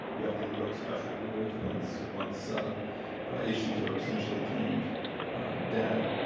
you have to invoke special rules once once issues are essentially deemed dead.